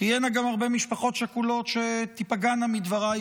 תהיינה גם הרבה משפחות שכולות שתיפגענה מדבריי,